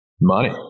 Money